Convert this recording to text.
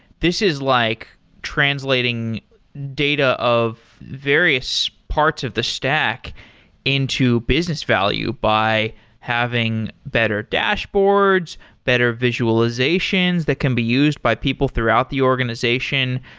this is like translating data of various parts of the stack into business value by having better dashboards, better visualizations that can be used by people throughout the organizations.